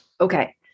Okay